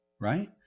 right